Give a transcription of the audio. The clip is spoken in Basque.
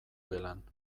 gelan